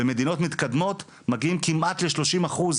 במדינות מתקדמות מגיעים כמעט לשלושים אחוז